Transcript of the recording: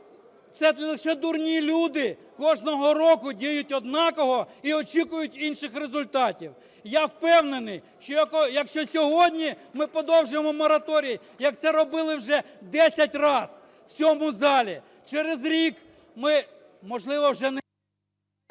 "Це лише дурні люди кожного року діють однаково і очікують інших результатів". Я впевнений, якщо сьогодні ми подовжимо мораторій, як це робили вже 10 раз в цьому залі, через рік ми, можливо, вже…